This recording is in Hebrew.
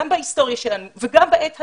גם בהיסטוריה שלנו וגם בעת הזאת,